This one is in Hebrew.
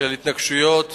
של התנגשויות